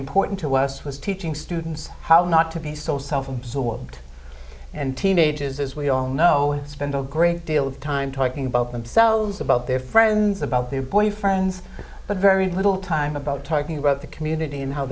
important to us was teaching students how not to be so self absorbed and teenagers as we all know spend a great deal of time talking about themselves about their friends about their boyfriends but very little time about talking about the community and how